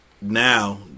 now